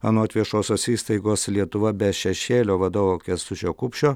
anot viešosios įstaigos lietuva be šešėlio vadovo kęstučio kupšio